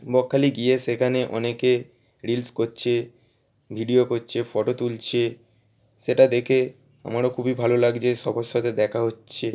বকখালি গিয়ে সেখানে অনেকে রিলস করছে ভিডিও করছে ফটো তুলছে সেটা দেখে আমারও খুবই ভালো লাগছে সবার সাথে দেখা হচ্ছে